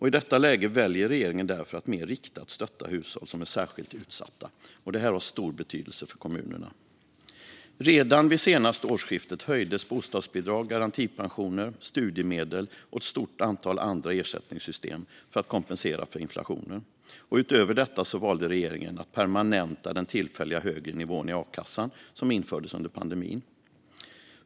I detta läge väljer regeringen därför att mer riktat stötta hushåll som är särskilt utsatta, och det har stor betydelse för kommunerna. Redan vid det senaste årsskiftet höjdes bostadsbidrag, garantipensioner, studiemedel och ett stort antal andra ersättningssystem för att kompensera för inflationen. Utöver detta valde regeringen att permanenta den tillfälliga högre nivån i a-kassan, som infördes under pandemin.